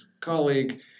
colleague